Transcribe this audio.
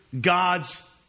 God's